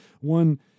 one